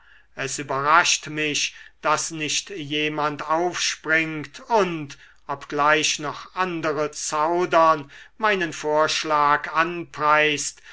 es überrascht mich daß nicht jemand aufspringt und obgleich noch andere zaudern meinen vorschlag anpreist